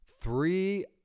three